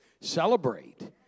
celebrate